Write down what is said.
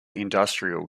industrial